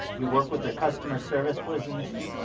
you work with their customer service within this one?